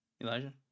Elijah